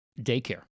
daycare